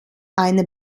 eine